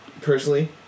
personally